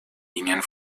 linien